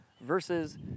versus